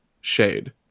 shade